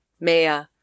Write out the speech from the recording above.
Maya